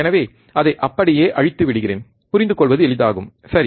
எனவே அதை அப்படியே அழித்து விடுகிறேன் புரிந்து கொள்வது எளிதாகும் சரி